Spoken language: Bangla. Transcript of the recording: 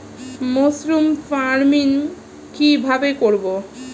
মাসরুম ফার্মিং কি ভাবে করব?